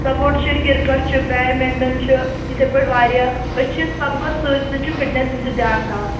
sports چھُ cricket چھُ badminton چھُ یِتھٕے پٲٹھۍ واریاہ أسۍ چھِ سَبقس سٍتۍ سٍتۍ چھِ فِٹنیٚسُک تہِ دیٛان تھاون